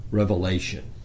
revelation